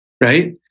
right